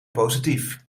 positief